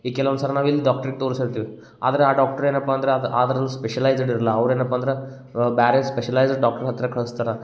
ಈ ಕೆಲ್ವೊಂದ್ಸಲ ನಾವು ಇಲ್ಲಿ ಡಾಕ್ಟ್ರಿಗೆ ತೋರಿಸಿರ್ತೀವಿ ಆದ್ರೆ ಆ ಡಾಕ್ಟ್ರು ಏನಪ್ಪ ಅಂದ್ರೆ ಅದು ಆದರಂದು ಸ್ಪೆಷಲೈಝ್ಡ್ ಇರಲ್ಲ ಅವ್ರು ಏನಪ್ಪ ಅಂದ್ರೆ ಬೇರೆ ಸ್ಪೆಷಲೈಝ್ಡ್ ಡಾಕ್ಟ್ರ್ ಹತ್ತಿರ ಕಳ್ಸ್ತಾರೆ